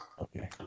Okay